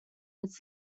its